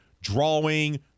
drawing